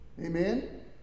Amen